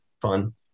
fun